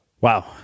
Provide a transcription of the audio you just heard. Wow